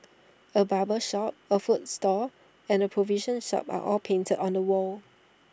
A barber shop A fruit stall and A provision shop are all painted on the wall